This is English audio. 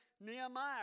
Nehemiah